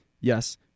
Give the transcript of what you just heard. Yes